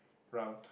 route